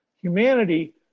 humanity